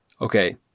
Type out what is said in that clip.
Okay